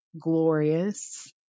glorious